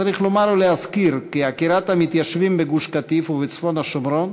צריך לומר ולהזכיר כי בעקירת המתיישבים מגוש-קטיף ומצפון השומרון,